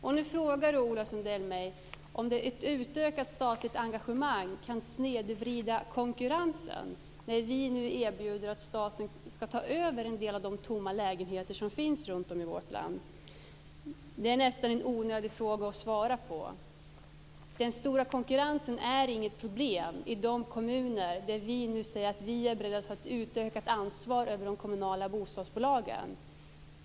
Ola Sundell frågar mig om ett utökat statligt engagemang kan snedvrida konkurrensen när vi nu erbjuder att staten ska ta över en del av de tomma lägenheter som finns runt om i vårt land. Det är nästan en onödig fråga att svara på. Den stora konkurrensen är inget problem i de kommuner där vi nu säger att vi är beredda att ta ett utökat ansvar för de kommunala bostadsbolagen.